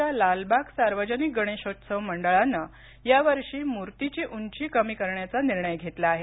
मात्र लालबाग सार्वजनिक गणेशोत्सव मंडळानं मूर्तीची उंची कमी करण्याचा निर्णय घेतला आहे